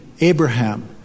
Abraham